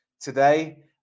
today